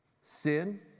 Sin